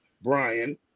Brian